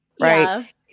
Right